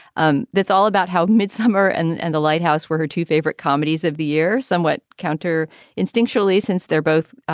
um that's all about how midsummer and and the lighthouse were her two favorite comedies of the year, somewhat counter instinctually, since they're both,